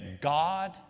God